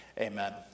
Amen